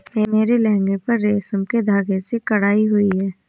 मेरे लहंगे पर रेशम के धागे से कढ़ाई की हुई है